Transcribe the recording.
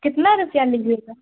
کتنا روپیہ لیجیے گا